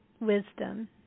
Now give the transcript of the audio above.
wisdom